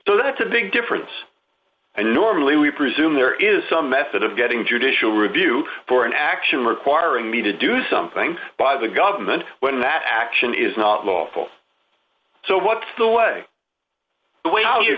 so that's a big difference and normally we presume there is some method of getting judicial review for an action requiring me to do something by the government when that action is not lawful so what's the way the way how you